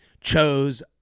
chose